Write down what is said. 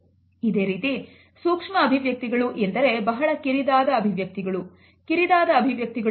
ಇದೇ ರೀತಿ ಸೂಕ್ಷ್ಮ ಅಭಿವ್ಯಕ್ತಿಗಳು ಎಂದರೆ ಬಹಳ ಕಿರಿದಾದ ಅಭಿವ್ಯಕ್ತಿಗಳು